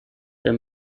der